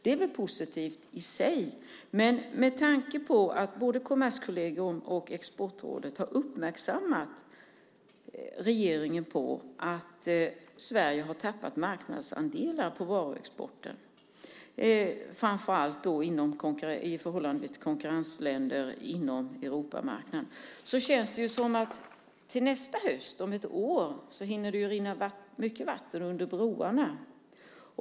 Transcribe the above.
Det är väl positivt i sig, men med tanke på att både Kommerskollegium och Exportrådet har uppmärksammat regeringen på att Sverige har tappat marknadsandelar på varuexporten, framför allt i förhållande till konkurrensländer inom Europamarknaden, känns det som att till nästa höst, om ett år, det hinner att rinna mycket vatten under broarna.